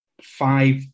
five